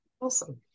Awesome